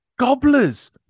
Gobblers